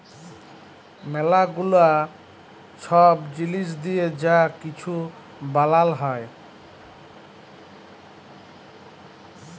ম্যালা গুলা ছব জিলিস দিঁয়ে যা কিছু বালাল হ্যয়